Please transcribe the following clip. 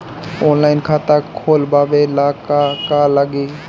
Online खाता खोलबाबे ला का का लागि?